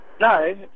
No